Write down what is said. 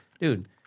dude